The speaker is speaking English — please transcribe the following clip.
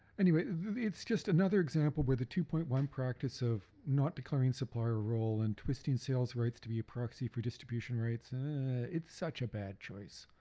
anyway it's just another example where the two point one practice of not declaring supplier role and twisting sales rights to be proxy for distribution rights it's such a bad choice.